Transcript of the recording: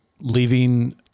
leaving